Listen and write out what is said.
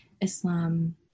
Islam